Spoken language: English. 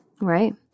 Right